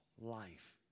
life